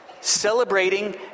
celebrating